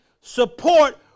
support